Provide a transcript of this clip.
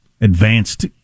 advanced